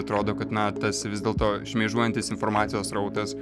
atrodo kad na tas vis dėlto šmėžuojantis informacijos srautas